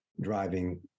driving